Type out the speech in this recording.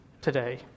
today